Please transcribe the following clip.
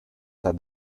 said